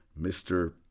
Mr